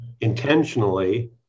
intentionally